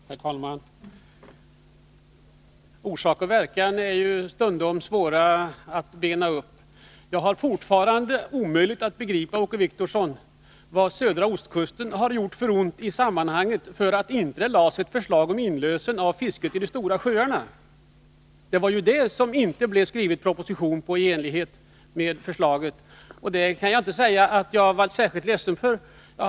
Herr talman! Orsak och verkan är stundom en svår fråga att bena upp. Jag kan fortfarande omöjligt begripa, Åke Wictorsson, vad södra ostkusten har gjort för ont i sammanhanget eftersom det inte lades fram något förslag i vårt betänkande om inlösen av fisket i de stora sjöarna. Det var detta som det inte skrevs någon proposition om i enlighet med förslaget. Jag kan inte säga att jag varit särskilt ledsen för detta.